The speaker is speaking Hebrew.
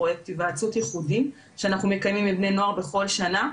פרויקט היוועצות ייחודי שאנחנו מקיימים עם בני הנוער בכל שנה,